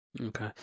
Okay